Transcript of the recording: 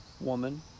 Woman